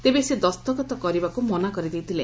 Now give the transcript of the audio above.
ତେବେ ସେ ଦସ୍ତଖତ କରିବାକୁ ମନା କରି ଦେଇଥିଲେ